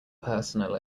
personal